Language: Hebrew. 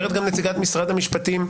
אומרת גם נציגת משרד המשפטים,